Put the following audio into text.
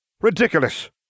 Ridiculous